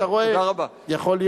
תודה רבה.